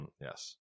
yes